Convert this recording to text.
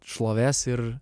šlovės ir